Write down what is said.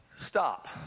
Stop